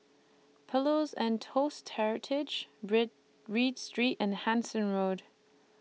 Pillows and Toast Heritage Bread Read Street and Hansen Road